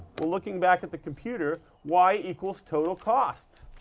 looking back at the computer, y equals total costs,